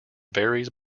varies